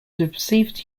perceived